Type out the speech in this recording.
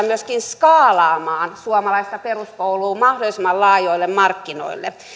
myöskin skaalaamaan suomalaista peruskoulua mahdollisimman laajoille markkinoille